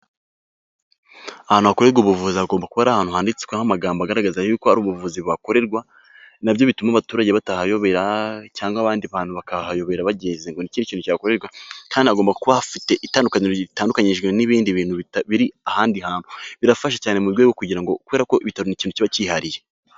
Ahantu hakorerwa ubuvuzi hagomba kuba ari ahantu handitsetsweho amagambo agaragaza yuko ari ubuvuzi bukorerwa, nabyo bituma abaturage batahayobera, cyangwa abandi bantu bakahayobera bakeka ko ari ikindi kintu cyihakorerwa. Kandi hagomba kuba hafite itandukaniro ritandukanyijwe n'ibindi bintu biri ahandi hantu. Birafasha cyane mu rwego kugira ngo kubera ko ibitaro ni ikintu kiba cyihariye.